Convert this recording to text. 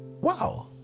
Wow